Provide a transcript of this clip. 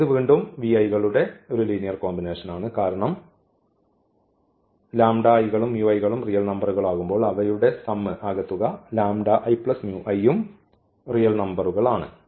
ഇത് വീണ്ടും കളുടെ ഒരു ലീനിയർ കോമ്പിനേഷൻ ആണ് കാരണം കളും കളും റിയൽ നമ്പറുകൾ ആകുമ്പോൾ അവയുടെ ആകെത്തുക യും റിയൽ നമ്പറുകൾ ആണ്